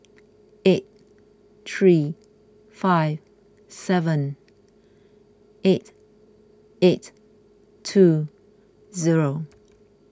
eight three five seven eight eight two zero